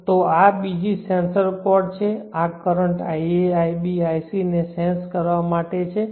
તો આ બીજી સેન્સર કોર્ડ છે આ કરંટ ia ib ic ને સેન્સ કરવા માટે છે